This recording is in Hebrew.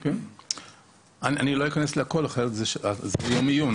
עכשיו, קשת נזקי האלכוהול לעובר, זה לא הבחנה,